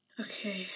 Okay